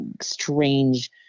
strange